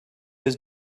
his